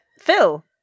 Phil